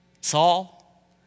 Saul